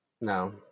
No